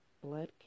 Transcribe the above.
blood